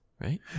right